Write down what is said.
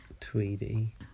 Tweedy